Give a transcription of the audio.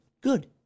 Good